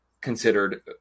considered